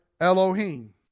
Elohim